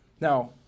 Now